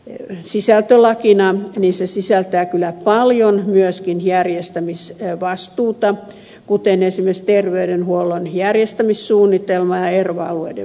se sisältää kyllä paljon myöskin järjestämisvastuuta kuten esimerkiksi terveydenhuollon järjestämissuunnitelma ja erva alueiden vastuu